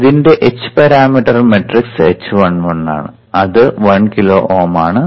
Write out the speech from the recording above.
ഇതിന്റെ h parameter matrix h11 ആണ് അത് 1 കിലോ Ω ആണ്